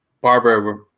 Barbara